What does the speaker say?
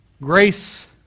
Grace